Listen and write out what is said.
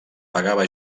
pagava